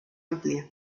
amplia